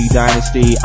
dynasty